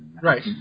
Right